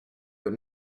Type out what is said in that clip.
but